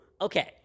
Okay